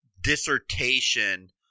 dissertation